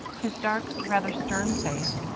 his dark, rather stern face,